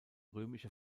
römische